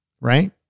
right